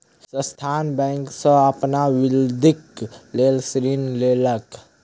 संस्थान बैंक सॅ अपन वृद्धिक लेल ऋण लेलक